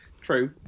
True